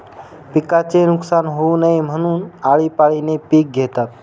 पिकाचे नुकसान होऊ नये म्हणून, आळीपाळीने पिक घेतात